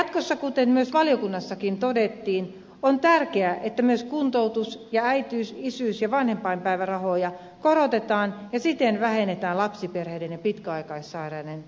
jatkossa kuten myös valiokunnassakin todettiin on tärkeää että myös kuntoutus ja äitiys isyys ja vanhempainpäivärahoja korotetaan ja siten vähennetään lapsiperheiden ja pitkäaikaissairaiden köyhyysriskiä